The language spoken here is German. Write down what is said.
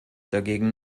dagegen